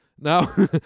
Now